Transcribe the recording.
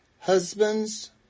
Husbands